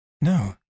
No